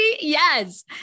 Yes